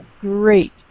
great